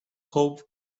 hope